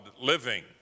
living